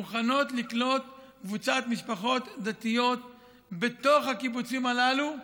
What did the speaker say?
יש מוכנות לקלוט קבוצת משפחות דתיות בתוך הקיבוצים הללו,